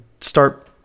start